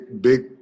big